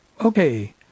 Okay